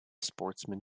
sportsmen